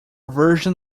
version